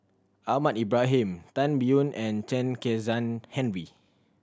Ahmad Ibrahim Tan Biyun and Chen Kezhan Henri